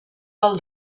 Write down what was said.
del